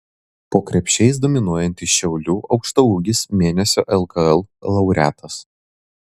po krepšiais dominuojantis šiaulių aukštaūgis mėnesio lkl laureatas